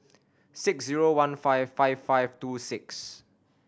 six zero one five five five two six